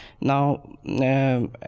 Now